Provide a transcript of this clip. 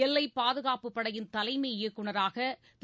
எல்லைப் பாதுகாப்புப் படையின் தலைமை இயக்குநராக திரு